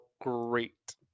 great